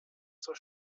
zur